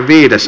asia